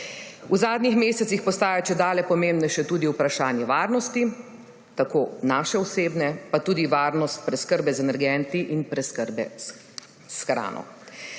V zadnjih mesecih postaja čedalje pomembnejše tudi vprašanje varnosti, tako naše osebno pa tudi varnost preskrbe z energenti in preskrbe s hrano.